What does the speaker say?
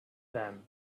them